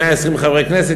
120 חברי כנסת,